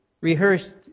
rehearsed